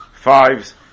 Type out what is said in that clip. fives